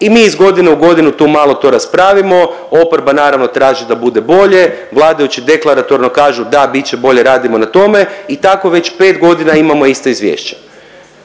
i mi iz godine u godinu tu malo to raspravimo, oporba naravno traži da bude bolje, vladajući deklaratorno kažu, da bit će bolje, radimo na tome i tako već 5.g. imamo isto izvješće